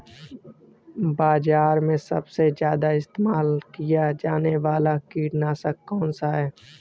बाज़ार में सबसे ज़्यादा इस्तेमाल किया जाने वाला कीटनाशक कौनसा है?